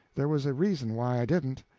there was a reason why i didn't.